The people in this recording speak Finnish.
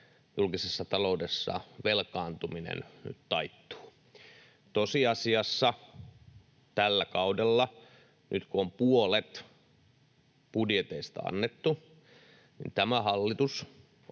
julkisen talouden velkaantuminen nyt taittuu. Tosiasiassa tällä kaudella, kun puolet budjeteista on nyt annettu, tämä hallitus